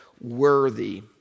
worthy